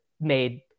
made